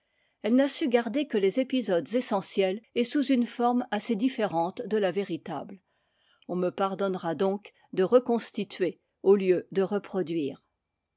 elle n'a su garder que les épisodes essentiels et sous une forme assez différente de la véritable on me pardonnera donc de reconstituer au lieu de reproduire